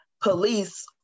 police